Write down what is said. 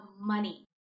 money